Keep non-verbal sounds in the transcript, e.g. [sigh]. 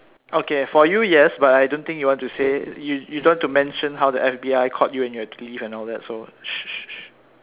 okay for you yes but I don't think you want to say you you don't want to mention how the F_B_I caught you in your and all that so [noise]